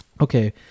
Okay